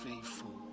faithful